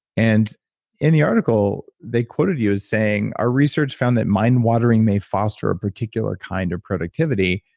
and in the article they quoted you as saying, our research found that mind-wandering may foster a particular kind of productivity.